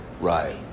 Right